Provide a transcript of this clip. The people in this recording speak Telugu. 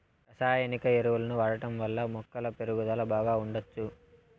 రసాయనిక ఎరువులను వాడటం వల్ల మొక్కల పెరుగుదల బాగా ఉండచ్చు